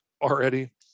already